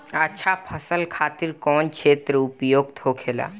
अच्छा फसल खातिर कौन क्षेत्र उपयुक्त होखेला?